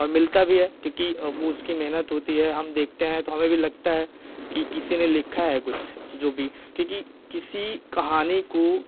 और मिलता भी है क्योंकि वह उसकी मेहनत होती है हम देखते हैं तो हमें भी लगता है कि किसी ने लिखा है कुछ जो भी क्योंकि किसी कहानी को